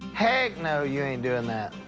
heck, no, you ain't doing that.